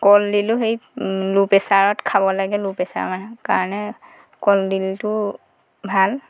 কলডিলো সেই লো প্ৰেচাৰত খাব লাগে লো প্ৰচাৰৰ মানে কাৰণে কলডিলটো ভাল